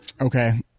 Okay